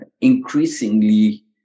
increasingly